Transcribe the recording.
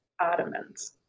Ottomans